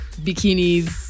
bikinis